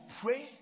pray